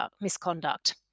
misconduct